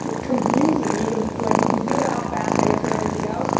confusing even if like you if you think about how fast i answered everything else.